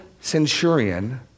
centurion